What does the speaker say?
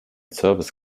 service